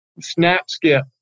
snap-skip